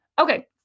Okay